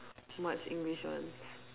much english ones